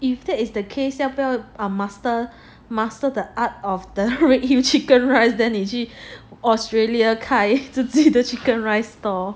if that is the case there are master master the art of the redhill chicken rice then 你去 australia 开 chicken rice store